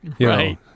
right